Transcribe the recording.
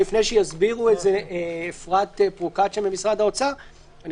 10:10) לפני שתסביר את זה אפרת פרוקציה ממשרד האוצר אני